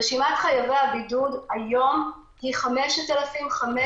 רשימת חייבי הבידוד היום היא 5,509,